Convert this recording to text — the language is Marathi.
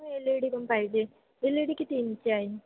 हां एल ई डी पण पाहिजे एल ई डी किती इंचची आहे